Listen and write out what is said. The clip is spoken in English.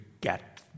get